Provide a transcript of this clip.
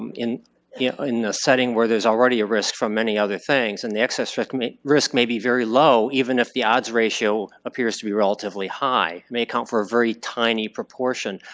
um in yeah in the setting where there's already a risk from many other things. and the excess risk may risk may be very low even if the odds ratio appears to be relatively high. it may account for a very tiny proportion.